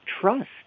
trust